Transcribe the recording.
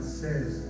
says